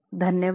धन्यवाद